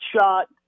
shot